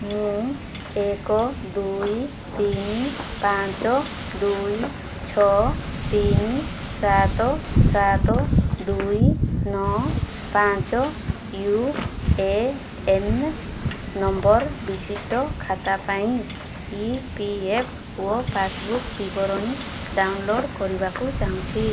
ମୁଁ ଏକ ଦୁଇ ତିନି ପାଞ୍ଚ ଦୁଇ ଛଅ ତିନି ସାତ ସାତ ଦୁଇ ନଅ ପାଞ୍ଚ ୟୁ ଏ ଏନ୍ ନମ୍ବର୍ ବିଶିଷ୍ଟ ଖାତା ପାଇଁ E P F O passbook ବିବରଣୀ ଡାଉନ୍ଲୋଡ଼୍ କରିବାକୁ ଚାହୁଁଛି